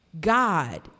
God